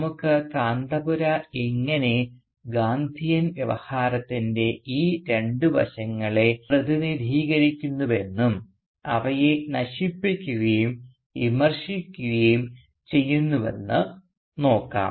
നമുക്ക് കാന്തപുര എങ്ങനെ ഗാന്ധിയൻ വ്യവഹാരത്തിൻറെ ഈ രണ്ട് വശങ്ങളെ പ്രതിനിധീകരിക്കുന്നുവെന്നും അവയെ നശിപ്പിക്കുകയും വിമർശിക്കുകയും ചെയ്യുന്നുവെന്ന് നോക്കാം